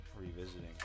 revisiting